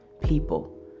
people